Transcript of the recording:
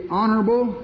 honorable